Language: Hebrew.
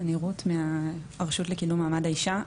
אני רות מהרשות לקידום מעמד האישה,